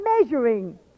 measuring